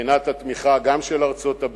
מבחינת התמיכה גם של ארצות-הברית